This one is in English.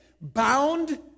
bound